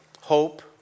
hope